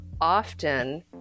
often